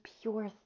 pure